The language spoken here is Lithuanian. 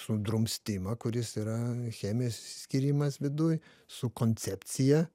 sudrumstimą kuris yra chemijos išsiskyrimas viduj su koncepcija